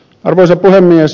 arvoisa puhemies